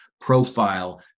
profile